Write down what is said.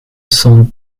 cent